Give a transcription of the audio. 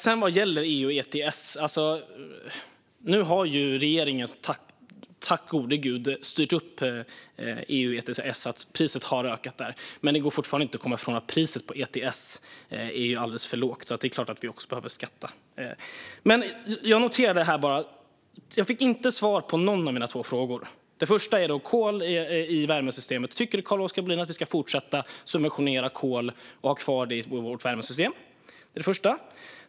Vad sedan gäller EU ETS har regeringen nu - tack gode Gud - styrt upp EU ETS så att priset har ökat, men det går inte att komma ifrån att det fortfarande är alldeles för lågt. Det är klart att vi också behöver skatta. Jag noterade att jag inte fick svar på någon av mina två frågor. Den första gällde kol i värmesystemet: Tycker Carl-Oskar Bohlin att vi ska fortsätta subventionera kol och ha kvar det i vårt värmesystem?